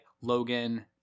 Logan